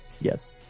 yes